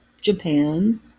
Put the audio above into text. japan